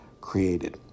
created